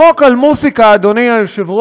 בחוק על מוזיקה, אדוני היושב-ראש,